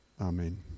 Amen